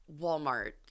Walmart